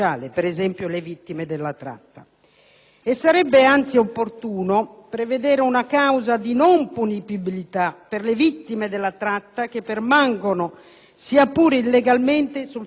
Sarebbe, anzi, opportuno prevedere una causa di non punibilità per le vittime della tratta che permangono sia pur illegalmente sul territorio nazionale; questa